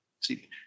See